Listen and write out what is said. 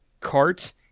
cart